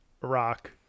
Rock